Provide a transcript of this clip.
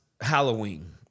Halloween